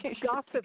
gossip